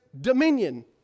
dominion